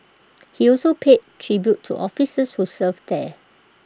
he also paid tribute to officers who served there